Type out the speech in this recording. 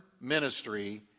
ministry